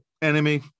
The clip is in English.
enemy